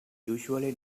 usually